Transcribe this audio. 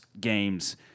games